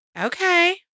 Okay